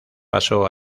pasó